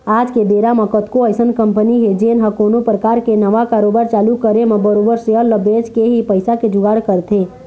आज के बेरा म कतको अइसन कंपनी हे जेन ह कोनो परकार के नवा कारोबार चालू करे म बरोबर सेयर ल बेंच के ही पइसा के जुगाड़ करथे